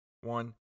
one